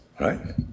right